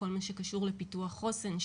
כל מה שקשור לפיתוח חוסן,